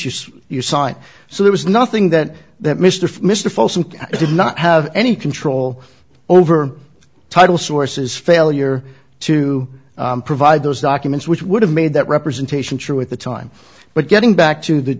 see you sign so there was nothing then that mr mr folsom did not have any control over title sources failure to provide those documents which would have made that representation true at the time but getting back to